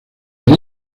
con